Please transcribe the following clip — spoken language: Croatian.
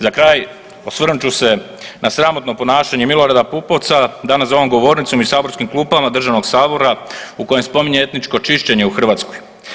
Za kraj, osvrnut ću se na sramotno ponašanje Milorada Pupovca danas za ovom govornicom i saborskim klupama državnog Sabora u kojem spominje etničko čišćenje u Hrvatskoj.